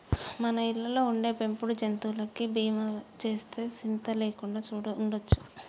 మన ఇళ్ళలో ఉండే పెంపుడు జంతువులకి బీమా సేస్తే సింత లేకుండా ఉండొచ్చు